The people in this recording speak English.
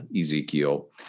Ezekiel